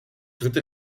dritte